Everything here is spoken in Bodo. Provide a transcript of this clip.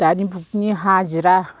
दानि जुगनि हाजिरा